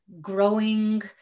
growing